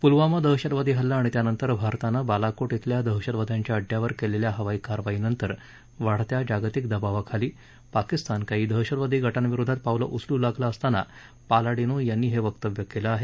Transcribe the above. पुलवामा दहशतवादी हल्ला आणि त्यानंतर भारतानं बालाकोट ा अल्या दहशतवाद्यांच्या अड्डयावर केलेल्या हवाई कारवायीनंतर वाढत्या जागतिक दबावाखाली पाकिस्तान काही दहशतवादी गटांविरोधात पावलं उचलू लागला असताना पालाडिनो यांनी हे वक्तव्य केलं आहे